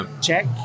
check